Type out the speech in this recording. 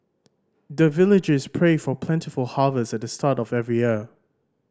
the villagers pray for plentiful harvest at the start of every year